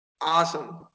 awesome